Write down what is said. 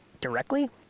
directly